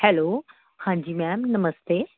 hello ਹਾਂਜੀ ma'am ਨਮਸਤੇ